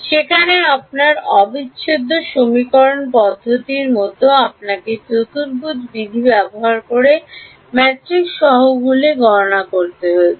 সেখানে আপনার অবিচ্ছেদ্য সমীকরণ পদ্ধতির মতো আপনাকে চতুর্ভুজ বিধি ব্যবহার করে ম্যাট্রিক্স সহগগুলি গণনা করতে হয়েছিল